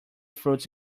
fruits